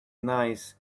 nice